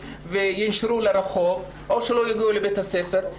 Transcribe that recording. שינשרו לרחוב או שלא יגיעו לבית הספר?